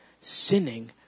Sinning